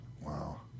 Wow